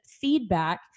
feedback